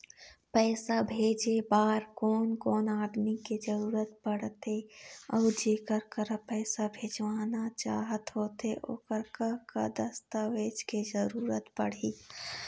पैसा भेजे बार कोन कोन आदमी के जरूरत पड़ते अऊ जेकर करा पैसा भेजवाना चाहत होथे ओकर का का दस्तावेज के जरूरत पड़ही?